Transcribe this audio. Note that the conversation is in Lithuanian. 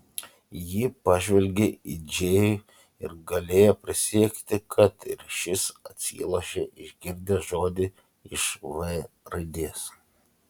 ji pažvelgė į džėjų ir galėjo prisiekti kad ir šis atsilošė išgirdęs žodį iš v raidės